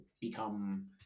become